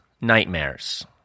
nightmares